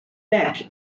beck